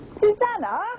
Susanna